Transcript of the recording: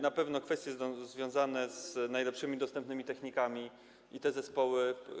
Na pewno kwestie związane z najlepszymi dostępnymi technikami i te zespoły.